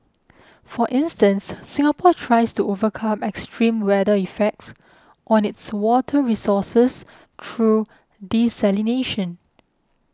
for instance Singapore tries to overcome extreme weather effects on its water resources through desalination